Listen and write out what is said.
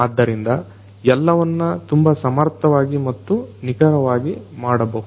ಆದ್ದರಿಂದ ಎಲ್ಲವನ್ನ ತುಂಬಾ ಸಮರ್ಥವಾಗಿ ಮತ್ತು ನಿಖರವಾಗಿ ಮಾಡಬಾಹುದು